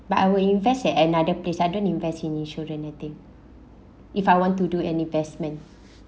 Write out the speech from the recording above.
but I will invest at another place I don't invest insurance I think if I want to do an investment